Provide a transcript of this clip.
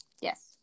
Yes